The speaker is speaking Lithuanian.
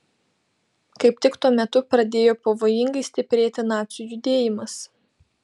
kaip tik tuo metu pradėjo pavojingai stiprėti nacių judėjimas